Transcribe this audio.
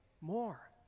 more